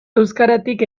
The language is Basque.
euskaratik